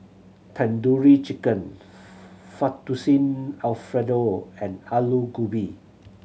Tandoori Chicken Fettuccine Alfredo and Alu Gobi